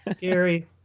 Gary